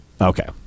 Okay